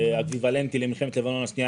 אקוויוולנטי למלחמת לבנון השנייה,